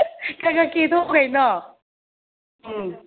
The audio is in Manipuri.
ꯈꯔ ꯈꯔ ꯀꯦꯊꯣꯛꯎ ꯀꯩꯅꯣ ꯎꯝ